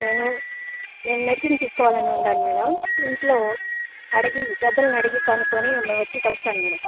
నేను నేను మెడిసిన్ తీస్కోవాలని ఉన్నాది మేడం ఇంట్లో అడిగి నేను పెద్దల్ని అడిగి కనుక్కుని మిమ్మల్ని వచ్చి కలుస్తాను మేడం